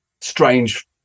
strange